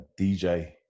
DJ